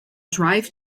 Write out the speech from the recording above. drive